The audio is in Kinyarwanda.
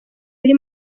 iri